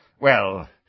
well